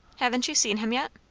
haven't you seen him yet?